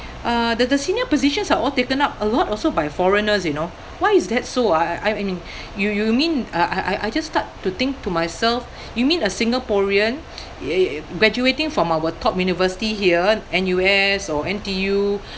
uh the the senior positions are all taken up a lot also by foreigners you know why is that so ah I I mean you you mean uh I I I just start to think to myself you mean a singaporean graduating from our top university here N_U_S or N_T_U